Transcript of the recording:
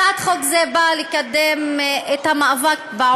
הצעת חוק זו נועדה לקדם את המאבק בעוני,